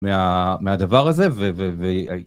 מה.. מהדבר הזה ו.. ו.. ו.. ייהי..